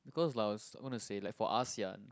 because like i was I want to say like for Asean